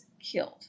killed